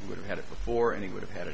and would have had it before and he would have had